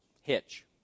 hitch